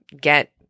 get